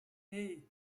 hey